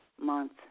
month